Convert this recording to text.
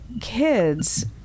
kids